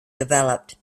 developed